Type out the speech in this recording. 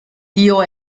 dio